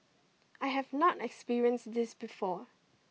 I have not experience this before